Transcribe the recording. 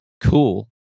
cool